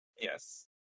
Yes